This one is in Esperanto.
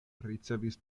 ricevis